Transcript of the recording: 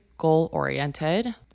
goal-oriented